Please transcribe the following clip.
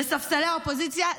לספסלי האופוזיציה,